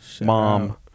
mom